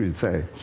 and say.